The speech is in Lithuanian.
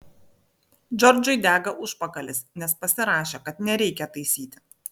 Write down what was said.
džordžui dega užpakalis nes pasirašė kad nereikia taisyti